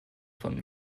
von